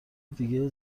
دیگه